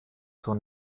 zur